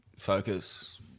focus